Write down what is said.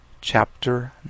Chapter